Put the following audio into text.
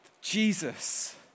Jesus